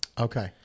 Okay